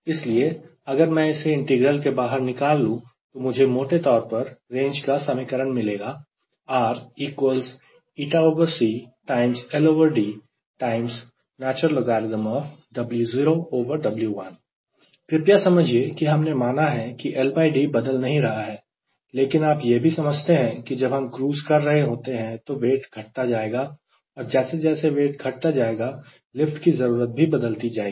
इसलिए अगर मैं इसे इंटीग्रल के बाहर निकाल लूं तो मुझे मोटे तौर पर रेंज का समीकरण मिलेगा कृपया समझिए कि हमने माना है कि LD बदल नहीं रहा है लेकिन आप यह भी समझते हैं कि जब हम क्रूज़ कर रहे होते हैं तो वेट घटता जाएगा और जैसे जैसे वेट घटता जाएगा लिफ्ट की जरूरत भी बदलती जाएगी